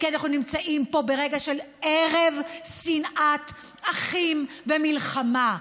כי אנחנו נמצאים פה ברגע של ערב שנאת אחים ומלחמה,